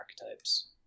archetypes